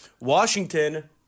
Washington